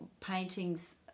paintings